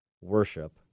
worship